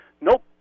Nope